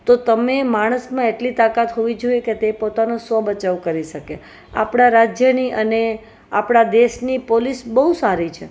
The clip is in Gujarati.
તો તમે માણસમાં એટલી તાકાત હોવી જોઈએ કે તે પોતાનો સ્વ બચાવ કરી શકે આપણા રાજ્યની અને આપણા દેશની પોલીસ બહુ સારી છે